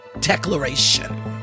declaration